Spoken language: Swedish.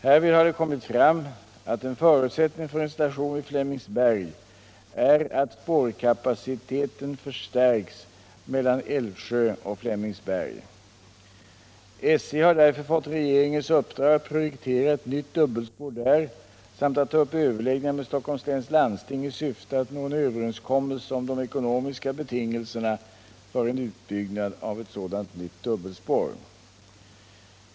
Härvid har det kommit fram att en förutsättning för en station vid Flemingsberg är att spårkapaciteten förstärks mellan Älvsjö och Flemingsberg. SJ har därför fått regeringens uppdrag att projektera ett nytt dubbelspår där samt att ta upp överläggningar med Stockholms läns landsting i syfte att nå en överenskommelse om de ekonomiska betingelserna för en utbyggnad av ett sådant nytt dubbelspår.